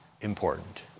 important